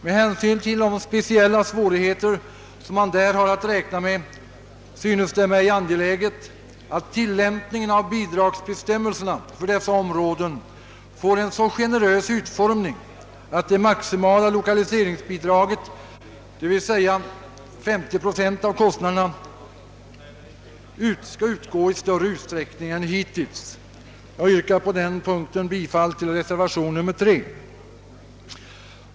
Med hänsyn till speciella svårigheter som man där har att räkna med synes det mig angeläget, att tillämpningen av bidragsbestämmelserna för dessa områden får en så generös utformning, att det maximala lokaliseringsbidraget, d. v. s. 50 procent av kostnaderna, skall utgå i större utsträckning än hittills. Jag kommer på den punkten att rösta för reservation nr 3.